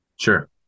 sure